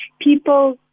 people